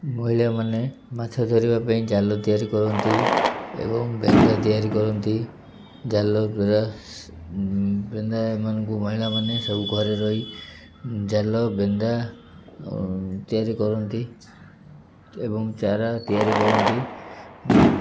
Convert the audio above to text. ମହିଳାମାନେ ମାଛ ଧରିବା ପାଇଁ ଜାଲ ତିଆରି କରନ୍ତି ଏବଂ ବେନ୍ଦା ତିଆରି କରନ୍ତି ଜାଲ ଦ୍ୱାରା ବେନ୍ଦାମାନଙ୍କୁ ମହିଳାମାନେ ସବୁ ଘରେ ରହି ଜାଲ ବେନ୍ଦା ତିଆରି କରନ୍ତି ଏବଂ ଚାରା ତିଆରି କରନ୍ତି